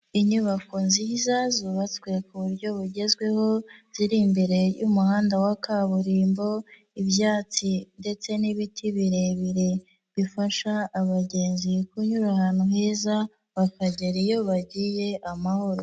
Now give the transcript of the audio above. Inyubako nziza zubatswe ku buryo bugezweho, ziri imbere y'umuhanda wa kaburimbo, ibyatsi ndetse n'ibiti birebire, bifasha abagenzi kunyura ahantu heza, bakagera iyo bagiye amahoro.